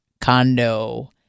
condo